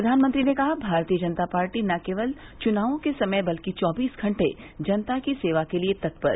प्रधानमंत्री ने कहा भारतीय जनता पार्टी न केवल चुनावों के समय बल्कि चौबीस घंटे जनता की सेवा के लिए तत्पर